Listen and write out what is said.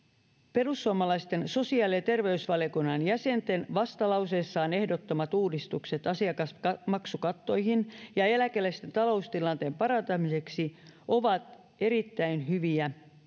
perussuomalaisten sosiaali ja terveysvaliokunnan jäsenten vastalauseessaan ehdottamat uudistukset asiakasmaksukattoihin ja eläkeläisten taloustilanteen parantamiseksi ovat erittäin hyviä